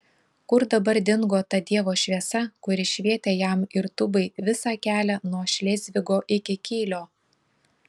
kur dabar dingo ta dievo šviesa kuri švietė jam ir tubai visą kelią nuo šlėzvigo iki kylio